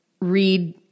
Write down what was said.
read